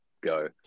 go